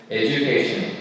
education